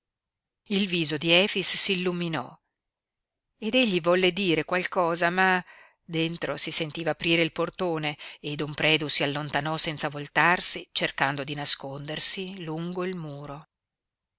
il viso di efix s'illuminò ed egli volle dire qualcosa ma dentro si sentiva aprire il portone e don predu si allontanò senza voltarsi cercando di nascondersi lungo il muro